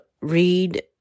read